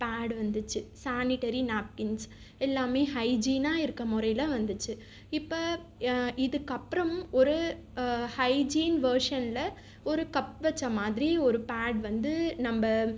pad வந்துச்சு sanitary napkins எல்லாமே ஹைஜீனா இருக்க முறையில் வந்துச்சு இப்போ ஏன் இதுக்கப்புறமும் ஒரு ஹைஜீன் வெர்சனில் ஒரு கப் வச்ச மாதிரி ஒரு பேட் வந்து நம்ம